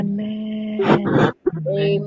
Amen